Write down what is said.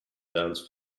dance